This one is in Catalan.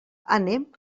anem